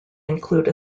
include